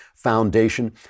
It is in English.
Foundation